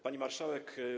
Pani Marszałek!